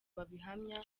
babihamya